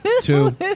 Two